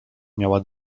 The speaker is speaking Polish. miała